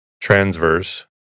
transverse